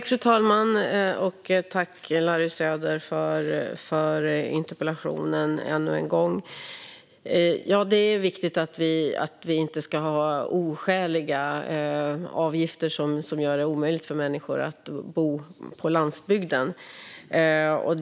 Fru talman! Tack ännu en gång, Larry Söder, för interpellationen! Det är viktigt att vi inte ska ha oskäliga avgifter som gör det omöjligt för människor att bo på landsbygden.